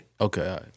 Okay